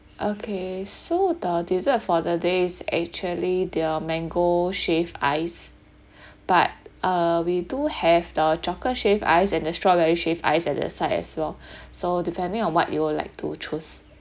okay so the dessert for the day is actually their mango shaved ice but uh we do have the chocolate shaved ice and the strawberry shaved ice at the side as well so depending on what you would like to choose